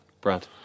Brad